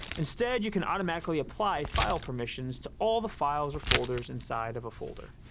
instead, you can automatically apply file permissions to all the files or folders inside of a folder.